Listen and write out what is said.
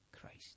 Christ